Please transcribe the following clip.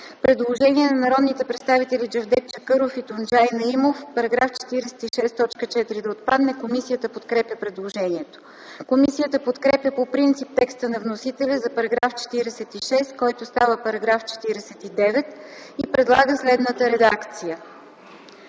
Предложение от народните представители Джевдет Чакъров и Тунджай Наимов – в § 46 т. 4 да отпадне. Комисията подкрепя предложението. Комисията подкрепя по принцип текста на вносителя за § 46, който става § 49, и предлага следната редакция: